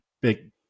big